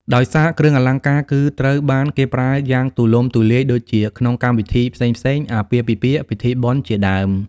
ដោយសារគ្រឿងអលង្ការគឺត្រូវបានគេប្រើយ៉ាងទូលំទូលាយដូចជាក្នងកម្មវិធីផ្សេងៗ អាពាហ៍ពិពាហ៍ ពិធីបុណ្យជាដើម។